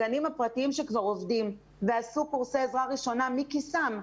הגנים הפרטיים שכבר עובדים ועשו קורסי עזרה ראשונה מכיסם,